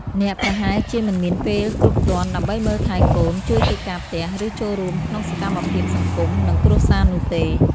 អ្នកប្រហែលជាមិនមានពេលគ្រប់គ្រាន់ដើម្បីមើលថែកូន ជួយកិច្ចការផ្ទះ ឬចូលរួមក្នុងសកម្មភាពសង្គម និងគ្រួសារនោះទេ។